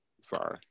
Sorry